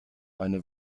eine